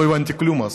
לא הבנתי כלום אז,